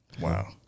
Wow